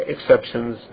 Exceptions